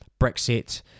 Brexit